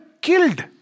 killed